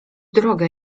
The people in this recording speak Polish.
drogę